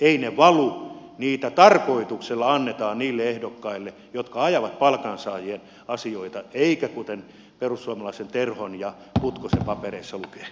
ei ne valu niitä tarkoituksella annetaan niille ehdokkaille jotka ajavat palkansaajien asioita eikä kuten perussuomalaisten terhon ja putkosen papereissa lukee